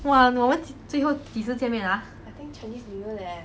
!wah! 我们最后几时见面 ah